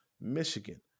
Michigan